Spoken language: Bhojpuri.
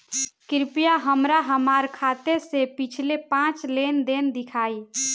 कृपया हमरा हमार खाते से पिछले पांच लेन देन दिखाइ